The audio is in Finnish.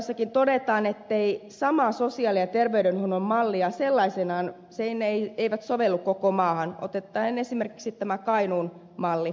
selonteossakin todetaan että sama sosiaali ja terveydenhuollon malli sellaisenaan ei sovellu koko maahan otetaan esimerkiksi tämä kainuun malli